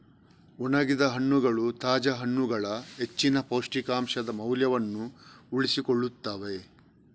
ಒಣಗಿದ ಹಣ್ಣುಗಳು ತಾಜಾ ಹಣ್ಣುಗಳ ಹೆಚ್ಚಿನ ಪೌಷ್ಟಿಕಾಂಶದ ಮೌಲ್ಯವನ್ನು ಉಳಿಸಿಕೊಳ್ಳುತ್ತವೆ